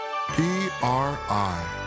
PRI